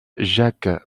jacques